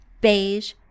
Beige